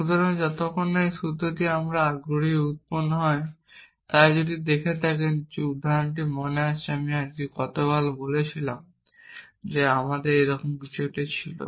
সুতরাং যতক্ষণ না এই সূত্রটি আমরা আগ্রহী তা উৎপন্ন হয় তাই আপনি যদি দেখেন যে উদাহরণটি মনে আছে আমরা গতবার করেছিলাম আমাদের এরকম কিছু ছিল